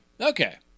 Okay